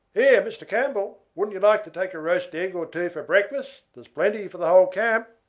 here, mr. campbell, wouldn't you like to take a roast egg or two for breakfast? there's plenty for the whole camp.